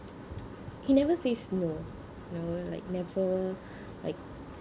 he never says no never like never like